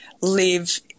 live